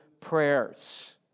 prayers